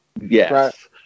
Yes